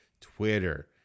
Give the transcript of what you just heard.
Twitter